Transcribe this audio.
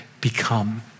become